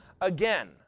again